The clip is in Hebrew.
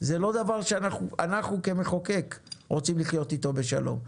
זה לא דבר שאנחנו כמחוקקים רוצים לחיות איתו בשלום.